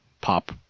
pop